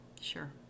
Sure